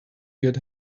get